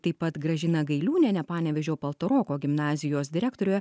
taip pat gražina gailiūniene panevėžio paltaroko gimnazijos direktore